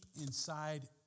inside